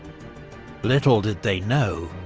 little did they know,